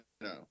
no